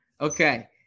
Okay